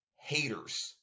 haters